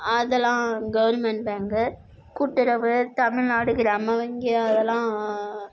அதெலாம் government bank கூட்டுறவு தமிழ்நாடு கிராம வங்கி அதெலாம்